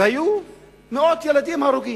והיו מאות ילדים הרוגים.